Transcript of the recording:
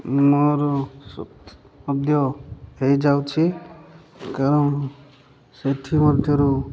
ମୋର ମଧ୍ୟ ହୋଇଯାଉଛି କାରଣ ସେଥିମଧ୍ୟରୁ